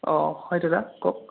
অঁ হয় দাদা কওক